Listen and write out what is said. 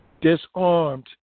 disarmed